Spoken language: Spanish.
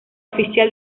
oficial